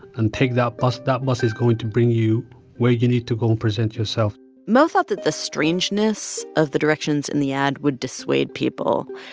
and take that bus. that bus is going to bring you where you need to go present yourself mo thought that the strangeness of the directions in the ad would dissuade people.